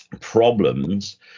problems